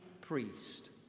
priest